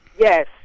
Yes